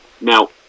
Now